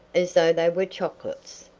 as though they were chocolates.